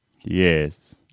Yes